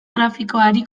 grafikoari